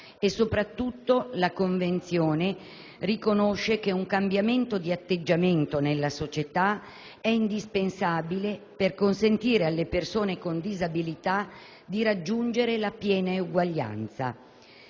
soprattutto, la Convenzione riconosce che un cambiamento di atteggiamento nella società è indispensabile per consentire alle persone con disabilità di raggiungere la piena eguaglianza.